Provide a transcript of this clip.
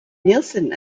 nielsen